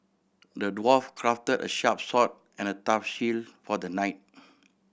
the dwarf crafted a sharp sword and a tough shield for the knight